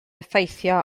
effeithio